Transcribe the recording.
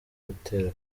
gutera